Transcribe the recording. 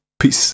Peace